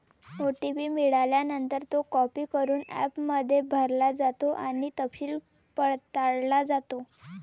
OTP मिळाल्यानंतर, तो copy करून ॲपमध्ये भरला जातो आणि तपशील पडताळला जातो